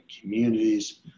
communities